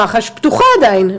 במח"ש פתוחה עדיין.